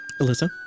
Alyssa